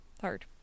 Hard